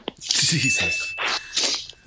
Jesus